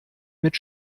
mit